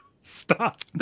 Stop